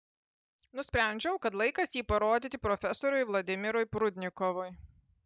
nusprendžiau kad laikas jį parodyti profesoriui vladimirui prudnikovui